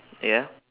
ya